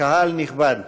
קהל נכבד.